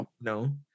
No